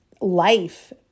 life